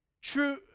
True